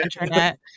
internet